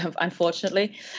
unfortunately